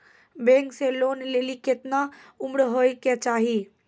Bank से loan लेली केतना उम्र होय केचाही?